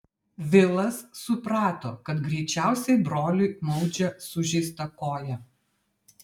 vilas suprato kad greičiausiai broliui maudžia sužeistą koją